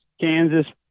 Kansas